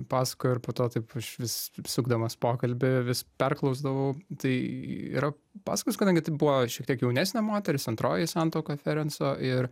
pasakojo ir po to taip aš vis sukdamas pokalbį vis perklausdavau tai yra pasakojus kadangi tai buvo šiek tiek jaunesnė moteris antroji santuoka ferenso ir